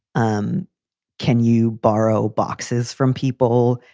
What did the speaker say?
um can you borrow boxes from people?